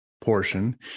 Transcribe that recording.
portion